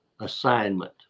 assignment